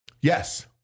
Yes